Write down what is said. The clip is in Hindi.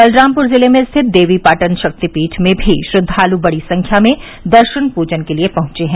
बलरामपुर जिले में स्थित देवीपाटन शक्ति पीठ में भी श्रद्वालु बड़ी संख्या में दर्शन पूजन के लिए पहुंचे हैं